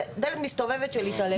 זו דלת מסתובבת של התעללות.